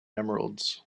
emeralds